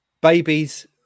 Babies